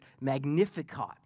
Magnificat